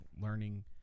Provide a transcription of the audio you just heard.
learning